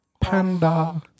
panda